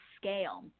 scale